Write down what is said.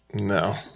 No